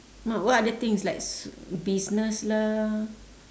but what other things like s~ business lah